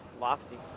Lofty